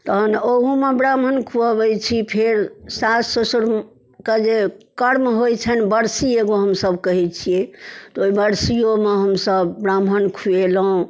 तहन ओहूमे ब्राह्मण खुआबै छी फेर साउस ससुरके जे कर्म होइ छनि बरसी एगो हमसभ कहै छिए तऽ ओहि बरसिओमे हमसभ ब्राह्मण खुएलौँ